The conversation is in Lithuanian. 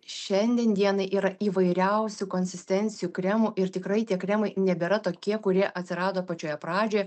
šiandien dienai yra įvairiausių konsistencijų kremų ir tikrai tie kremai nebėra tokie kurie atsirado pačioje pradžioje